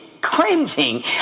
cringing